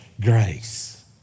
grace